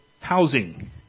housing